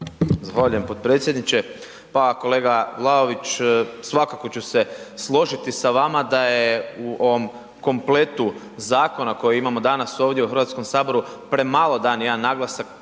Zahvaljujem potpredsjedniče. Pa kolega Vlaović, svakako ću se složiti sa vama da je u ovom kompletu zakona koje imamo danas ovdje u HS premalo dan jedan naglasak